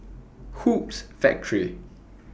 Hoops Factory